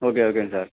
okay ஓகேங்க sir